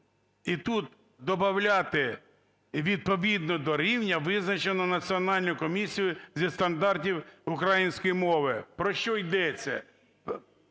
і тут добавляти "відповідно до рівня, визначеного Національною комісією зі стандартів української мови". Про що йдеться?